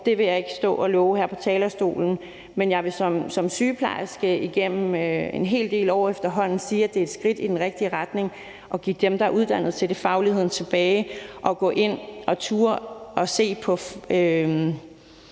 år, vil jeg ikke stå og love her på talerstolen, men jeg vil som sygeplejerske igennem en hel del år efterhånden sige, at det er et skridt i den rigtige retning at give dem, der er uddannet til det, fagligheden tilbage og gå ind og turde at se på